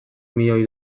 milioi